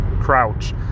Crouch